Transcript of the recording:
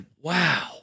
wow